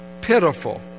pitiful